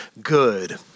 good